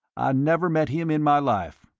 i never met him in my life.